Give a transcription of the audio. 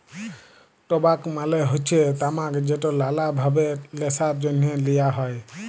টবাক মালে হচ্যে তামাক যেট লালা ভাবে ল্যাশার জ্যনহে লিয়া হ্যয়